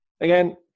Again